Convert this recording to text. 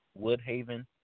Woodhaven